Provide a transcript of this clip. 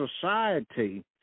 society